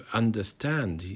understand